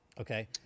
Okay